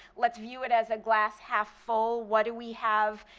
let's view it as a glass half full. what do we have,